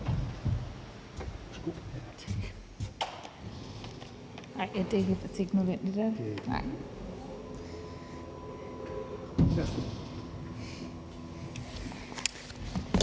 at der ikke nødvendigvis